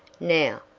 now,